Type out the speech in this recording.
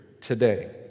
today